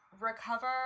recover